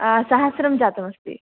आ सहस्रं जातमस्ति